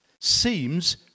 seems